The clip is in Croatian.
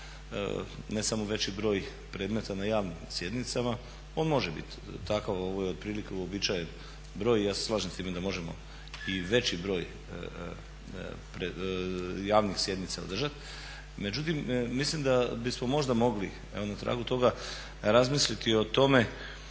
ne samo veći broj predmeta na javnim sjednicama, on može biti takav, ovo je otprilike uobičajen broj i ja se slažem s time da možemo i veći broj javnih sjednica održati, međutim mislim da bismo možda mogli evo na tragu toga razmisliti o tome